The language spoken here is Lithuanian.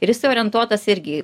ir jisai orientuotas irgi